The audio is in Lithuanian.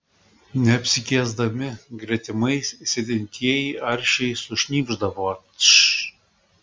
neapsikęsdami gretimais sėdintieji aršiai sušnypšdavo tš